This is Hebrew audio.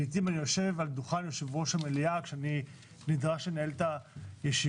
לעתים אני יושב על כיסא היושב-ראש במליאה כשאני נדרש לנהל את הישיבות,